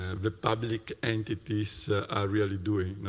the public entities are really doing.